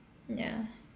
ya